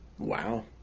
Wow